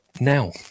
now